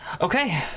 Okay